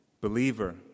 Believer